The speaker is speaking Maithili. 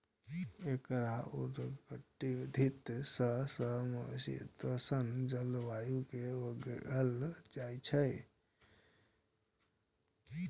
एकरा उष्णकटिबंधीय सं समशीतोष्ण जलवायु मे उगायल जाइ छै